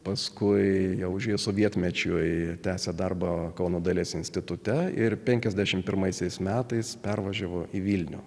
paskui ją užėjus sovietmečiui tęsia darbą kauno dailės institute ir penkiasdešimt pirmaisiais metais pervažiavo į vilnių